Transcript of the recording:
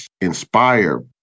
inspire